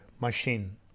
machine